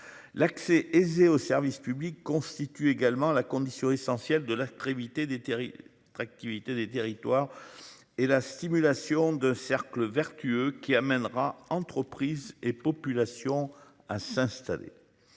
L'accès aisé aux services publics constituent également la condition essentielle de l'éviter des terrines attractivité des territoires. Et la stimulation de cercle vertueux qui amènera entreprises et population à s'installer.